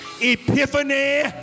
epiphany